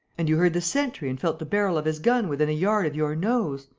and you heard the sentry and felt the barrel of his gun within a yard of your nose!